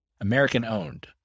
American-owned